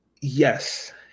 Yes